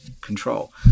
control